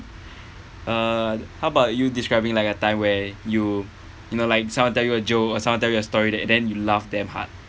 uh how about you describing like a time where you you know like someone will tell you a joke or someone will tell you a story that then you laugh damn hard